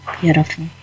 Beautiful